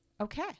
Okay